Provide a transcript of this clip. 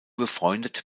befreundet